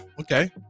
okay